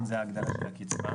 זאת ההגדלה של הקצבה.